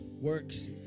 works